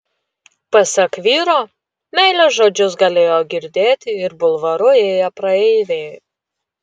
pasak vyro meilės žodžius galėjo girdėti ir bulvaru ėję praeiviai